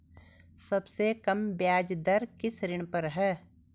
सबसे कम ब्याज दर किस ऋण पर है?